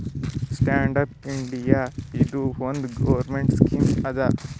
stand up India ಇದು ಒಂದ್ government scheme ಅದಾ